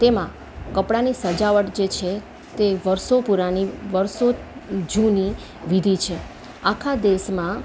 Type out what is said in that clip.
તેમાં કપડાની સજાવટ જે છે તે વર્ષો પુરાની વર્ષો જૂની વિધિ છે આખા દેશમાં